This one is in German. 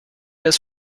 das